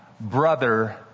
Brother